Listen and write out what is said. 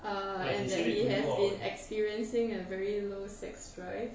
uh like that he has been experiencing a very low sex drive